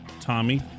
tommy